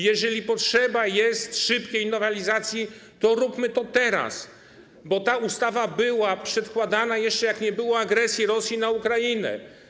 Jeżeli jest potrzeba szybkiej nowelizacji, to róbmy to teraz, bo ta ustawa była przedkładana jeszcze, gdy nie było agresji Rosji na Ukrainę.